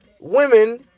women